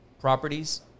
Properties